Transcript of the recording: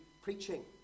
preaching